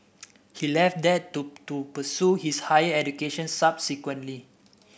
he left that too to pursue his higher education subsequently